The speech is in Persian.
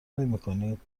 نمیکنید